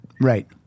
Right